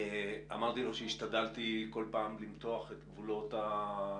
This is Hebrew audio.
בפגישתנו הפרלימינרית אמרתי לו שהשתדלתי כל פעם למתוח את גבולות התפקיד.